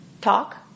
Talk